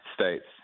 States